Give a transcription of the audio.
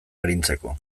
arintzeko